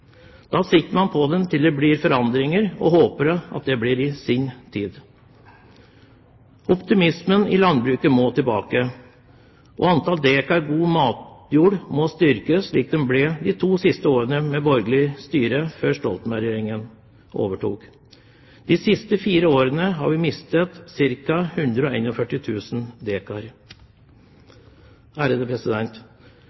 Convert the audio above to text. Da sitter eieren på den til det blir forandringer, og håper at det blir i hans tid. Optimismen i landbruket må tilbake. Antall dekar god matjord må styrkes, slik det ble i de to siste årene med borgerlig styre, før Stoltenberg-regjeringen overtok. De siste fire årene har vi mistet